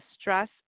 stress